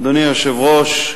אדוני היושב-ראש,